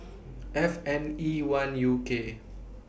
F N E one U K